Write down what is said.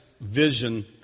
vision